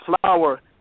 flower